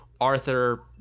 Arthur